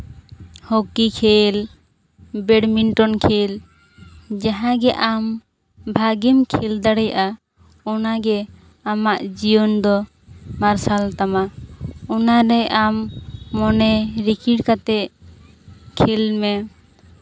hockey ᱠᱷᱮᱞ badminton ᱠᱷᱮᱞ ᱡᱟᱦᱟᱸᱭ ᱜᱮ ᱟᱢ ᱵᱷᱟᱜᱮᱢ ᱠᱷᱮᱞ ᱫᱟᱲᱮᱭᱟᱜᱼᱟ ᱚᱱᱟᱜᱮ ᱟᱢᱟᱜ ᱡᱤᱭᱚᱱ ᱫᱚ ᱢᱟᱨᱥᱟᱞ ᱛᱟᱢᱟ ᱚᱱᱟᱨᱮ ᱟᱢ ᱢᱚᱱᱮ ᱨᱤᱠᱤᱲ ᱠᱟᱛᱮᱫ ᱠᱷᱮᱞ ᱢᱮ